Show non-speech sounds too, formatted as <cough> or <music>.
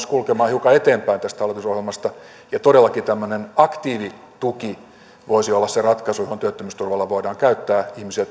<unintelligible> kulkemaan hiukan eteenpäin tästä hallitusohjelmasta ja todellakin tämmöinen aktiivituki voisi olla se ratkaisu johon työttömyysturvaa voidaan käyttää ihmisiä <unintelligible>